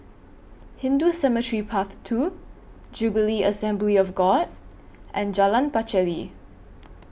Hindu Cemetery Path two Jubilee Assembly of God and Jalan Pacheli